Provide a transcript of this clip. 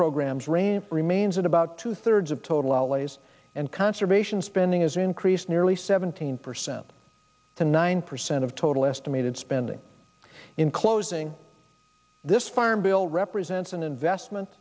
programs ran remains at about two thirds of total outlays and conservation spending has increased nearly seventeen percent to nine percent of total estimated spending in closing this farm bill represents an investment